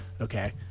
okay